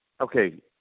okay